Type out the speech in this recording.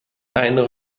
einen